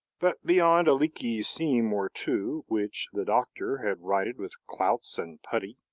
but beyond a leaky seam or two, which the doctor had righted with clouts and putty,